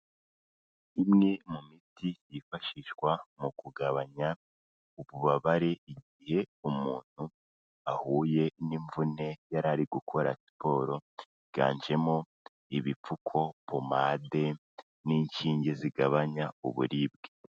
Imwe mu miti yifashishwa mu kugabanya ububabare igihe umuntu ahuye n'imvune yari ari gukora siporo, yiganjemo ibipfuko, pomade n'inshinge zigabanya uburibwe.